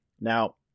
Now